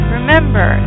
Remember